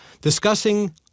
discussing